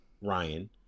Ryan